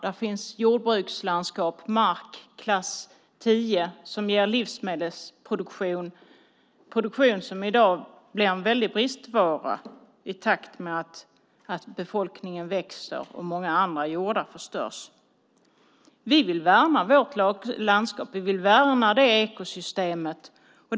Där finns jordbrukslandskap, mark i klass 10 som ger livsmedelsproduktion, en produktion som i dag blir en väldig bristvara i takt med att befolkningen växer och många andra jordar förstörs. Vi vill värna vårt landskap. Vi vill värna det ekosystemet.